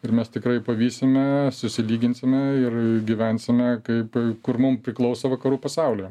ir mes tikrai pavysime susilyginsime ir gyvensime kaip kur mum priklauso vakarų pasaulyje